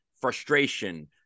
frustration